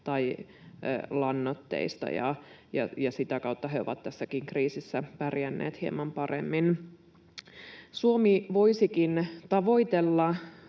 tai lannoitteista, ja sitä kautta he ovat tässäkin kriisissä pärjänneet hieman paremmin. Suomi voisikin tavoitella